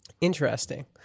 Interesting